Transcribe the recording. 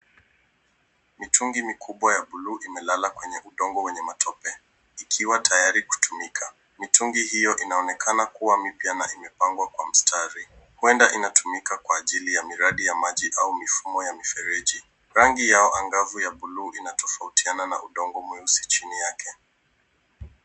Mitungi mikubwa ya bluu imelala kwenye udongo wenye matope ikiwa tayari kutumika. Mitungi hiyo inaonekana kuwa mipya na imepangwa kwa mstari huenda inatumika kwa ajili ya miradi ya maji au mifumo ya mifereji. Rangi yao angavu ya bluu inatofautiana na udongo mweusi chini yake.